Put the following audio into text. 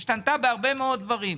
השתנתה בהרבה מאוד דברים.